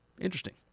Interesting